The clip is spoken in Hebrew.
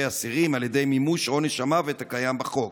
אסירים על ידי מימוש עונש המוות הקיים בחוק.